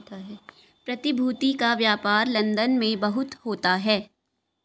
प्रतिभूति का व्यापार लन्दन में बहुत होता है